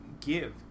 give